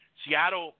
seattle